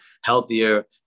healthier